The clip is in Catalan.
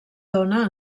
dóna